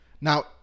Now